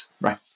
right